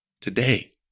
today